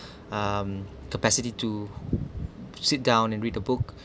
um capacity to sit down and read the book